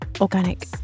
organic